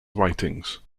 writings